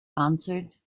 answered